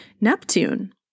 Neptune